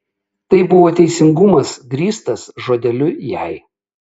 tai buvo teisingumas grįstas žodeliu jei